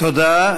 תודה.